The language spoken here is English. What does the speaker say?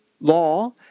law